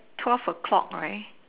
twelve O-clock right